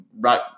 right